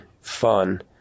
fun